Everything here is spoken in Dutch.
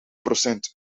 procent